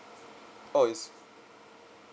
oh is